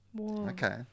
Okay